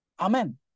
Amen